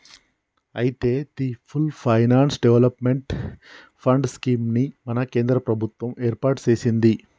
అయితే the full finance development fund scheme ని మన కేంద్ర ప్రభుత్వం ఏర్పాటు సెసింది